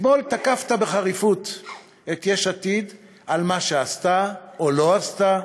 אתמול תקפת בחריפות את יש עתיד על מה שעשתה או לא עשתה,